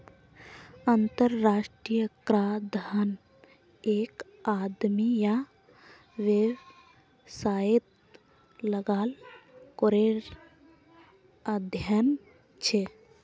अंतर्राष्ट्रीय कराधन एक आदमी या वैवसायेत लगाल करेर अध्यन छे